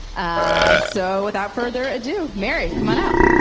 ah so without further ado, mary, come on out